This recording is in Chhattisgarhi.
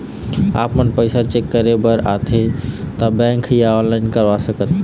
आपमन पैसा चेक करे बार आथे ता बैंक या ऑनलाइन करवा सकत?